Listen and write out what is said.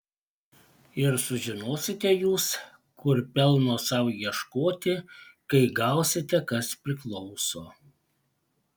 ir sužinosite jūs kur pelno sau ieškoti kai gausite kas priklauso